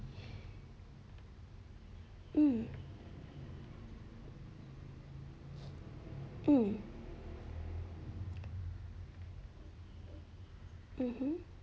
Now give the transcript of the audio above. hmm hmm mmhmm